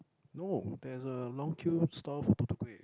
no there's a long queue store for tu-tu kuey